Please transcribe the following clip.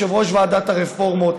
יושבת-ראש ועדת הרפורמות,